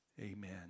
amen